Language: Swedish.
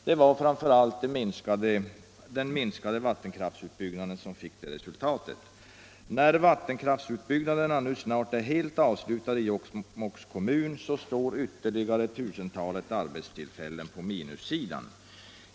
Det var framför allt den minskade vattenkraftsutbyggnaden som fick det resultatet. När vattenkraftsutbyggnaderna nu snart är helt avslutade i Jokkmokks kommun står ytterligare 1 000-talet arbetstillfällen på minussidan.